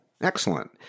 Excellent